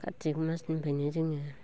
कारतिक मासनिफ्राय जोङो